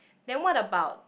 then what about